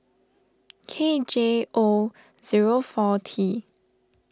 K J O zero four T